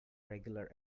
regular